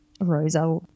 Rosa –